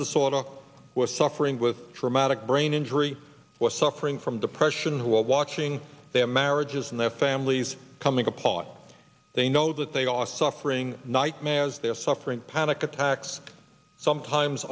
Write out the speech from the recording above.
disorder were suffering with traumatic brain injury was suffering from depression who were watching their marriages and their families coming apart they know that they are suffering nightmares they are suffering panic attacks sometimes